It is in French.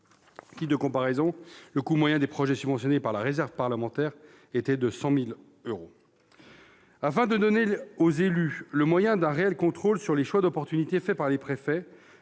titre de comparaison, le coût moyen des projets subventionnés grâce à la réserve parlementaire était de 100 000 euros. Afin de donner aux élus les moyens d'un réel contrôle sur les choix d'opportunité faits par les préfets,